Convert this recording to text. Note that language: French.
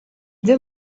deux